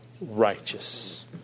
righteous